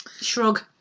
Shrug